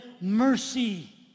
mercy